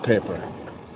paper